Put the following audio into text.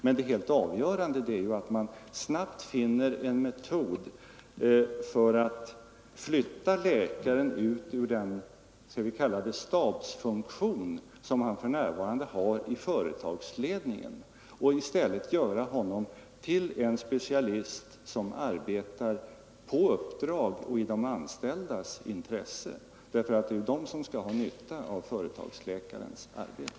Men det helt avgörande är att man snabbt finner en metod för att flytta läkaren ut ur den, skall vi kalla det stabsfunktion som han för närvarande har i företagsledningen och i stället göra honom till en specialist som arbetar på uppdrag av de anställda och i deras intresse. Det är ju de som skall ha nytta av företagsläkarens arbete.